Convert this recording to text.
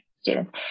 students